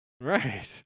Right